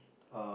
uh